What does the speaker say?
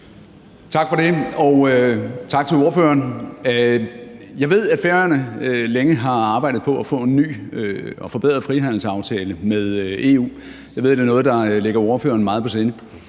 Tak for det, og tak til ordføreren. Jeg ved, at Færøerne længe har arbejdet på at få en ny og forbedret frihandelsaftale med EU. Jeg ved, at det er noget, der ligger ordføreren meget på sinde.